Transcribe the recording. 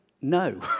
no